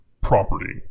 property